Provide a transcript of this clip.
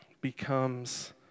becomes